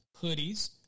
hoodies